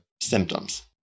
symptoms